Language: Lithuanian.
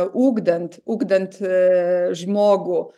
ugdant ugdant žmogų